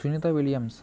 Sunitha Williams